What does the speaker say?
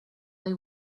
they